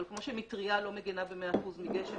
כמו שמטרייה לא מגנה במאה אחוז מגשם,